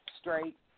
Straight